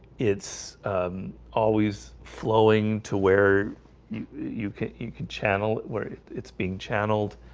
it's always flowing to where you you can't you can channel it where it's being channeled